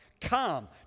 Come